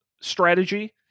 strategy